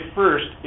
first